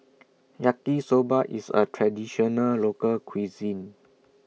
Yaki Soba IS A Traditional Local Cuisine